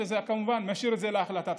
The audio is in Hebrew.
וכמובן אני משאיר את זה להחלטתך.